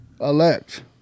elect